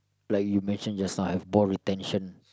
like you mention just now I have ball retention